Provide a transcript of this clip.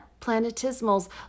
planetismals